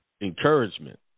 encouragement